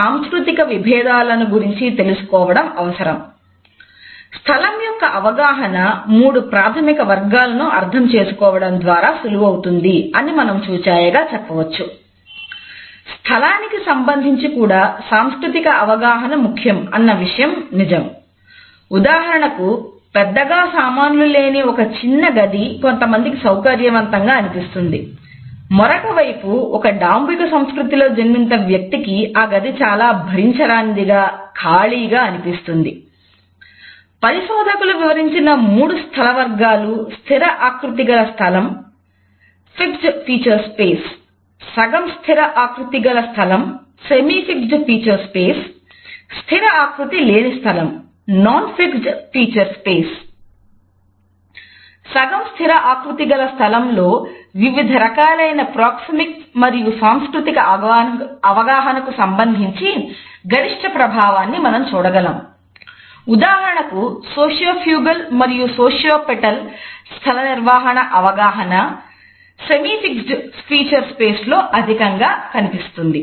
సగంస్థిర ఆకృతి గల స్థలం లో అధికంగా కనిపిస్తుంది